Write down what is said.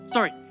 Sorry